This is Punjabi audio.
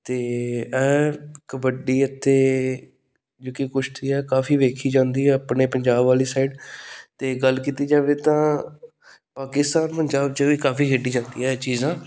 ਅਤੇ ਇਹ ਕੱਬਡੀ ਅਤੇ ਜੋ ਕਿ ਕੁਸ਼ਤੀ ਹੈ ਕਾਫ਼ੀ ਵੇਖੀ ਜਾਂਦੀ ਹੈ ਆਪਣੇ ਪੰਜਾਬ ਵਾਲੀ ਸਾਈਡ ਅਤੇ ਗੱਲ ਕੀਤੀ ਜਾਵੇ ਤਾਂ ਪਾਕਿਸਤਾਨ ਪੰਜਾਬ 'ਚ ਵੀ ਕਾਫ਼ੀ ਖੇਡੀ ਜਾਂਦੀਆਂ ਇਹ ਚੀਜ਼ਾਂ